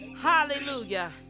hallelujah